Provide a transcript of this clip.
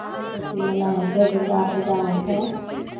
चैती मेला होइ छै दुर्गापूजा होइ छै